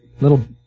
little